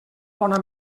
bona